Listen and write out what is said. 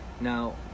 Now